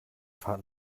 fahrt